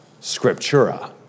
scriptura